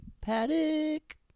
Paddock